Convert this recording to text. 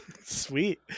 sweet